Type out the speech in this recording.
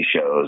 shows